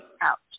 out